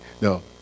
No